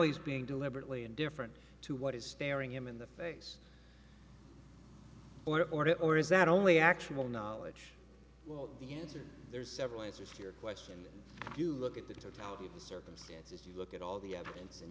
he's being deliberately indifferent to what is staring him in the face or ordered or is that only actual knowledge well the answer there's several answers your question if you look at the totality of the circumstances you look at all the evidence and